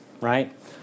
right